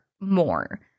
more